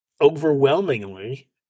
overwhelmingly